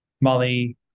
Molly